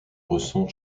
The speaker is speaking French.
ressens